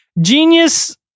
genius